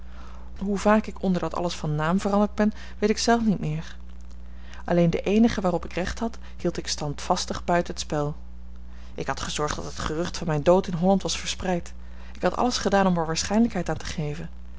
hoe vaak ik onder dat alles van naam veranderd ben weet ik zelf niet meer alleen den eenigen waarop ik recht had hield ik standvastig buiten het spel ik had gezorgd dat het gerucht van mijn dood in holland was verspreid ik had alles gedaan om er waarschijnlijkheid aan te geven